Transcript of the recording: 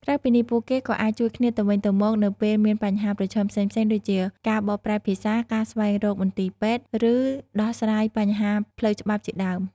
ក្រៅពីនេះ ពួកគេក៏អាចជួយគ្នាទៅវិញទៅមកនៅពេលមានបញ្ហាប្រឈមផ្សេងៗ ដូចជាការបកប្រែភាសា ការស្វែងរកមន្ទីរពេទ្យ ឬដោះស្រាយបញ្ហាផ្លូវច្បាប់ជាដើម ។